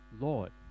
Lord